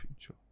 future